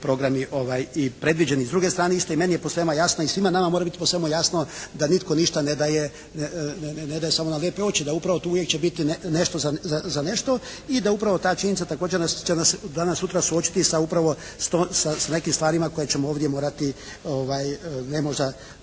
programi i predviđeni. S druge strane isto i meni je posvema jasno i svima nama mora biti posvema jasno da nitko ništa ne daje samo na lijepe oči, da upravo tu uvijek će biti nešto za nešto i da upravo ta činjenica također će nas danas, sutra suočiti sa upravo, sa nekim stvarima koje ćemo ovdje morati ne možda